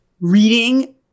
reading